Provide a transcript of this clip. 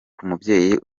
nk’umubyeyi